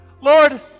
Lord